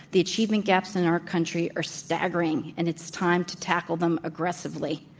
the achievement gaps in our country are staggering, and it's time to tackle them aggressively.